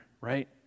right